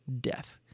death